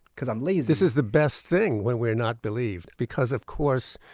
because i'm lazy this is the best thing when we're not believed because, of course,